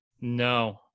No